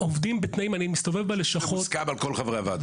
אני מסתובב בלשכות --- זה מוסכם על כל חברי הוועדה.